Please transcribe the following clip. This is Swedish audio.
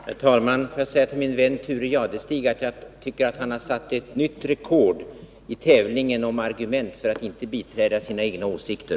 Herr talman! Låt mig säga till min vän Thure Jadestig att han har satt ett nytt rekord i tävlingen om argument för att inte biträda sina egna åsikter.